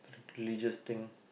religious thing